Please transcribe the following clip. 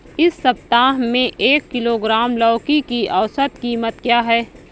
इस सप्ताह में एक किलोग्राम लौकी की औसत कीमत क्या है?